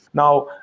now,